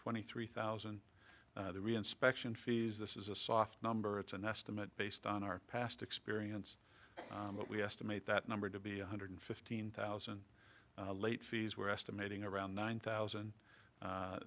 twenty three thousand the reinspection fees this is a soft number it's an estimate based on our past experience but we estimate that number to be one hundred fifteen thousand late fees were estimating around nine thousand